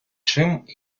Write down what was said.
чим